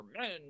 men